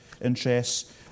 interests